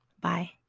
Bye